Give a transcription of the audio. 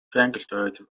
ferngesteuerte